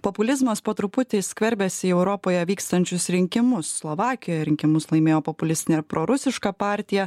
populizmas po truputį skverbiasi į europoje vykstančius rinkimus slovakijoje rinkimus laimėjo populistinė prorusiška partija